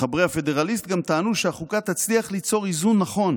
--- מחברי הפדרליסט גם טענו שהחוקה תצליח ליצור איזון נכון